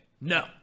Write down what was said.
No